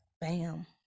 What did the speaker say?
Bam